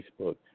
Facebook